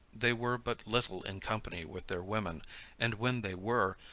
they were but little in company with their women and when they were,